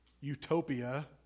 utopia